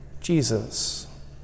Jesus